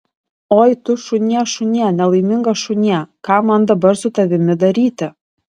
oi tu šunie šunie nelaimingas šunie ką man dabar su tavimi daryti